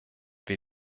wir